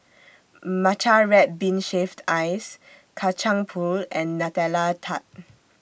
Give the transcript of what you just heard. Matcha Red Bean Shaved Ice Kacang Pool and Nutella Tart